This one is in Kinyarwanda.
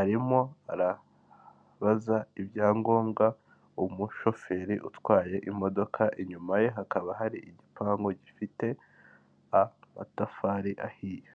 arimo arabaza ibyangombwa umushoferi utwaye imodoka; inyuma ye hakaba hari igipangu gifite amatafari ahiye.